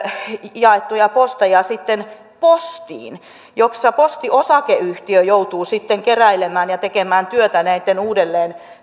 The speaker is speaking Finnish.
jaettuja posteja sitten postiin jossa posti osakeyhtiö joutuu sitten keräilemään ja tekemään työtä näitten uudelleen